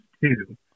two